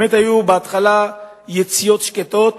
בהתחלה היו באמת יציאות שקטות.